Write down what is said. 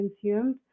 consumed